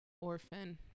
Orphan